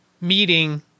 meeting